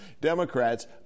Democrats